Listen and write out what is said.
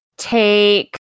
take